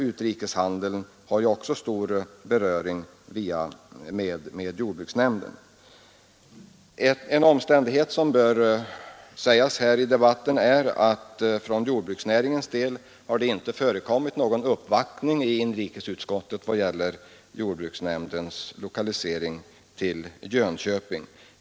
Utrikeshandeln har ju stor beröring med jordbruksnämnden. En omständighet som bör nämnas här i debatten är att det inte från jordbruksnäringen har förekommit någon uppvaktning i inrikesutskottet då det gäller jordbruksnämndens lokalisering till Jönköping.